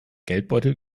geldbeutel